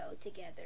together